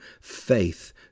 Faith